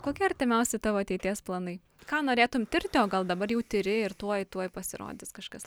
kokie artimiausi tavo ateities planai ką norėtum tirti o gal dabar jau tiri ir tuoj tuoj pasirodys kažkas